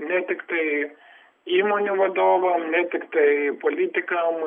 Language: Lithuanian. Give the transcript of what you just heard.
ne tiktai įmonių vadovam ne tiktai politikam